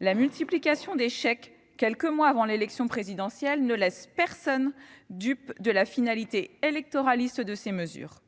la multiplication des chèques quelques mois avant l'élection présidentielle, personne n'est dupe de la finalité électoraliste de telles mesures.